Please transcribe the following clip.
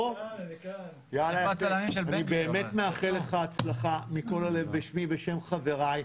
אני באמת מאחל לך הצלחה מכל הלב בשמי ובשם חבריי.